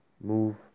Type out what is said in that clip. move